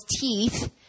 teeth